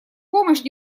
помощь